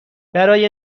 برای